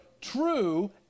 TRUE